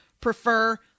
prefer